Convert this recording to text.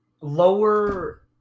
lower